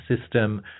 system